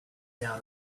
down